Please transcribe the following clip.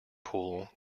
pool